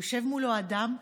יושב מולו אדם,